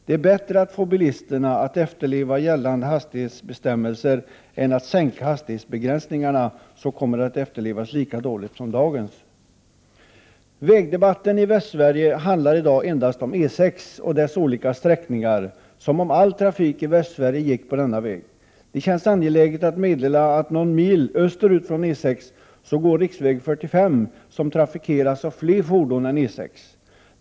Det är bättre att få bilisterna att efterleva gällande hastighetsbestämmelser än att sänka hastighetsbegränsningarna — bestämmelser som kommer att efterlevas lika dåligt som dagens. Vägdebatten i Västsverige handlar i dag endast om E 6 och dess olika sträckningar — som om all trafik i Västsverige gick på denna väg. Det känns angeläget att meddela att någon mil österut från E 6 går riksväg 45, som Prot. 1988/89:118 trafikeras av fler fordon än som trafikerar E 6.